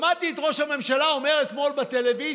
שמעתי את ראש הממשלה אומר אתמול בטלוויזיה: